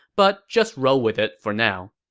but just roll with it for now.